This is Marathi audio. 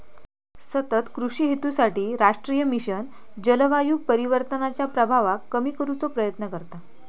सतत कृषि हेतूसाठी राष्ट्रीय मिशन जलवायू परिवर्तनाच्या प्रभावाक कमी करुचो प्रयत्न करता